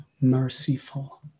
merciful